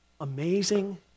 amazing